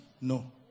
no